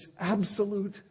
absolute